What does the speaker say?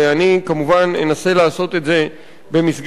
ואני כמובן אנסה לעשות את זה במסגרת